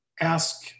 ask